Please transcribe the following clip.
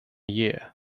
year